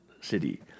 city